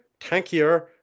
tankier